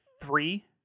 three